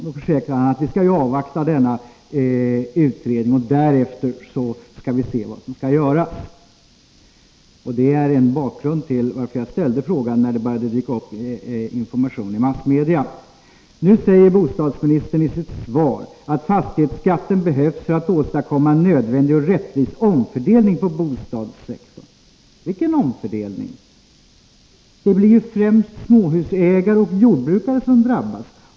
Han sade att vi skall avvakta utredningen och därefter se vad som skall göras. Det är bakgrunden till att jag ställde frågan när det började dyka upp information i massmedia. I sitt svar säger bostadsministern att fastighetsskatten behövs för att åstadkomma en nödvändig och rättvis omfördelning på bostadssektorn. Vilken omfördelning? Det blir främst småhusägare och jordbrukare som drabbas.